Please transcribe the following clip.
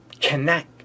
connect